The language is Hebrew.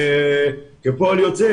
כפועל יוצא,